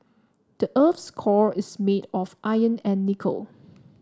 the earth's core is made of iron and nickel